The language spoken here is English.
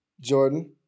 jordan